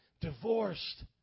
divorced